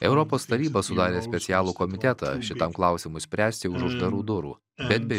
europos taryba sudarė specialų komitetą šitam klausimui spręsti už uždarų durų bet be